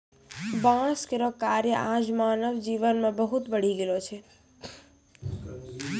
बांस केरो कार्य आज मानव जीवन मे बहुत बढ़ी गेलो छै